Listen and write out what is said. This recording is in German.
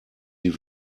sie